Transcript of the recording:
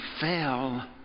fell